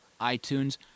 iTunes